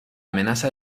amenaza